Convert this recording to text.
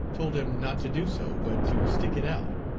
told him not to do so, but to stick it out.